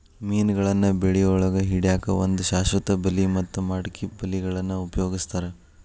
ಮೇನಗಳನ್ನ ಬಳಿಯೊಳಗ ಹಿಡ್ಯಾಕ್ ಒಂದು ಶಾಶ್ವತ ಬಲಿ ಮತ್ತ ಮಡಕಿ ಬಲಿಗಳನ್ನ ಉಪಯೋಗಸ್ತಾರ